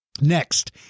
Next